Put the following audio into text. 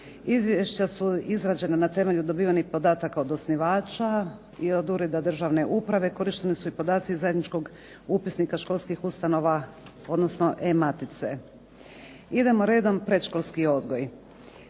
Izvješća su izrađena na temelju dobivenih podataka od osnivača i od Ureda državne uprave, korišteni su podaci zajedničkog upisnika školskih ustanova odnosno e-matice. Idemo redom, predškolski odgoj.